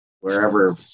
wherever